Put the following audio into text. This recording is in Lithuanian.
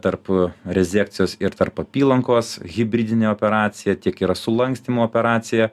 tarp rezekcijos ir tarp apylankos hibridinė operacija tiek yra sulankstymo operacija